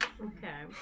Okay